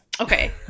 Okay